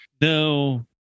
no